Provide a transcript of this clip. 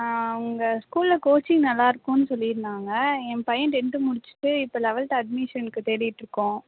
உங்கள் ஸ்கூலில் கோச்சிங் நல்லா இருக்கும்ன்னு சொல்லியிருந்தாங்க என் பையன் டென்த்து முடிச்சுட்டு இப்போ லெவல்த்து அட்மிஷனுக்கு தேடிகிட்ருக்கோம்